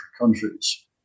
countries